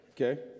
Okay